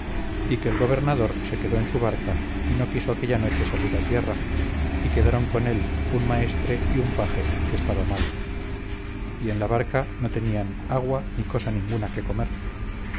y que el gobernador se quedó en su barca y no quiso aquella noche salir a tierra y quedaron con él un maestre y un paje que estaba malo y en la barca no tenían agua ni cosa ninguna que comer